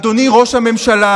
אדוני ראש הממשלה,